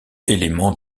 élément